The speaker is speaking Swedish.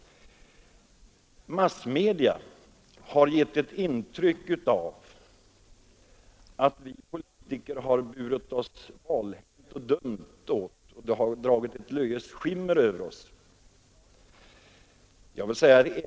Massmedia har givit intryck av att vi politiker burit oss valhänt och dumt åt, och detta har dragit ett löjets skimmer över oss.